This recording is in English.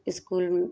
school